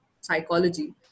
psychology